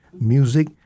music